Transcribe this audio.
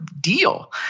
deal